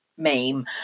meme